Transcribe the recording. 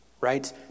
right